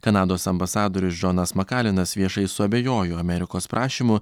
kanados ambasadorius džonas makalinas viešai suabejojo amerikos prašymu